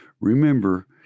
remember